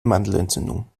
mandelentzündung